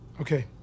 Okay